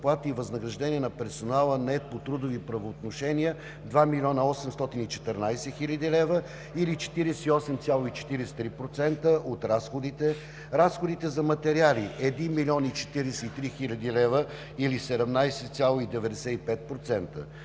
и възнаграждения на персонала не по трудови правоотношения – 2 млн. 814 хил. лв. или 48,43% от разходите, разходите за материали – 1 млн. 43 хил. лв. или 17,95%.